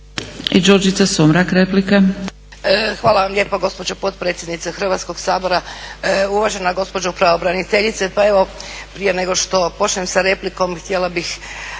Đurđica (HDZ)** Hvala vam lijepo gospođo potpredsjednice Hrvatskog sabora. Uvažena gospođo pravobraniteljice, pa evo prije nego šta počnem sa replikom, htjela bih